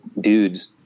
dudes